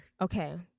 okay